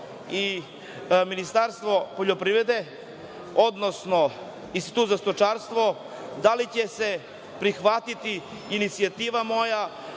i Ministarstvo poljoprivrede, odnosno Institut za stočarstvo – da li će se prihvatiti moja inicijativa da